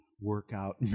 workout